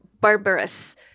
barbarous